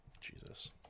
Jesus